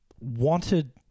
wanted